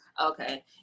okay